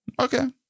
Okay